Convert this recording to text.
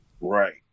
Right